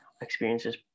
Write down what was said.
experiences